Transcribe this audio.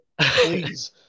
Please